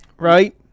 right